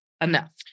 enough